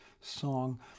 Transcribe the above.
song